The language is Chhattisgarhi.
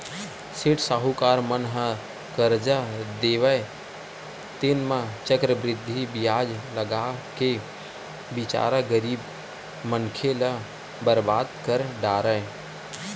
सेठ साहूकार मन ह करजा देवय तेन म चक्रबृद्धि बियाज लगाके बिचारा गरीब मनखे ल बरबाद कर डारय